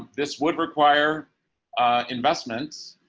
um this would require investments.